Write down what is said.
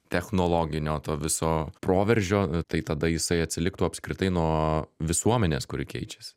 technologinio to viso proveržio tai tada jisai atsiliktų apskritai nuo visuomenės kuri keičiasi